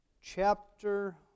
Chapter